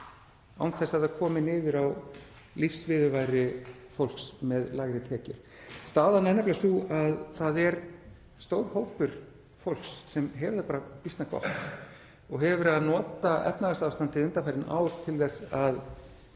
án þess að það komi niður á lífsviðurværi fólks með lægri tekjur. Staðan er nefnilega sú að það er stór hópur fólks sem hefur það bara býsna gott og hefur verið að nota efnahagsástandið undanfarin ár til þess að